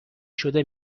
شده